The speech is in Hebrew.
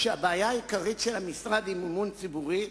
כאשר הבעיה העיקרית של המשרד היא מימון ציבורי,